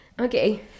Okay